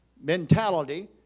mentality